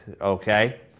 Okay